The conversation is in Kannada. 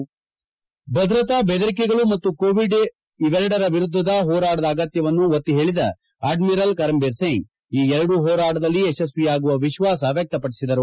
ವದ್ರಶಾ ಬೆದರೆಗಳು ಮತ್ತು ಕೊವಿಡ್ ಇವೆರಡರ ವಿರುದ್ಧದ ಹೋರಾಟರ ಅಗತ್ತವನ್ನು ಒತ್ತಿ ಹೇಳಿದ ಅಡ್ಡಿರಲ್ ಕರಂಬೀರ್ ಸಿಂಗ್ ಈ ಎರಡು ಹೋರಾಟದಲ್ಲಿ ಯತಸ್ವಿಯಾಗುವ ವಿಶ್ವಾಸ ವ್ಯಕ್ತಪಡಿಸಿದರು